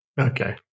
Okay